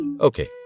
Okay